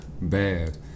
bad